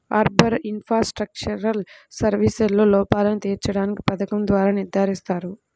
urban infrastructural సర్వీసెస్లో లోపాలను తీర్చడానికి పథకం ద్వారా నిర్ధారిస్తారు